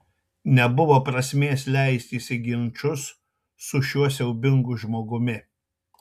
nebuvo prasmės leistis į ginčus su šiuo siaubingu žmogumi